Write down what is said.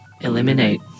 Eliminate